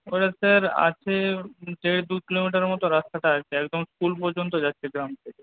ওটা স্যার আছে দেড় দু কিলোমিটার মতো রাস্তাটা আছে একদম স্কুল পর্যন্ত যাচ্ছে গ্রাম থেকে